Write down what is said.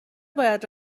باید